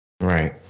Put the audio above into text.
Right